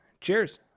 cheers